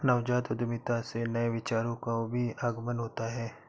नवजात उद्यमिता से नए विचारों का भी आगमन होता है